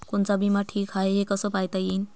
कोनचा बिमा ठीक हाय, हे कस पायता येईन?